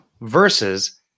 versus